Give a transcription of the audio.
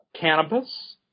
cannabis